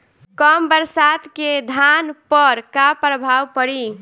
कम बरसात के धान पर का प्रभाव पड़ी?